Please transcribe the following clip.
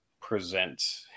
present